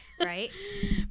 Right